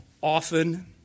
often